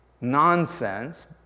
nonsense